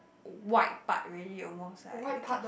white part already almost like